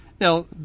Now